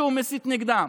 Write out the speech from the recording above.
שהוא מסית נגדם.